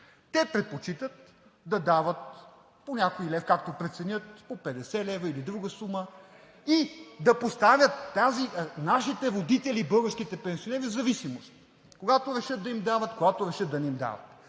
Те предпочитат да дават по някой лев, както преценят – по 50 лв., или друга сума и да поставят нашите родители – българските пенсионери, в зависимост, когато решат да им дават, когато решат да не им дават.